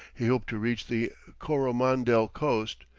he hoped to reach the coromandel coast,